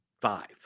five